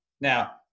Now